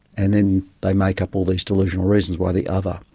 and then they make up all these delusional reasons why the other.